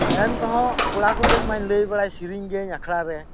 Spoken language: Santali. ᱮᱱ ᱛᱮᱦᱚᱸ ᱠᱚᱲᱟ ᱠᱚᱴᱷᱮᱡ ᱢᱟᱧ ᱞᱟᱹᱭ ᱵᱟᱲᱟᱭ ᱥᱮᱨᱮᱧ ᱜᱤᱭᱟᱹᱧ ᱟᱠᱷᱲᱟ ᱨᱮ